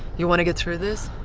you wanna get through this?